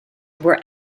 were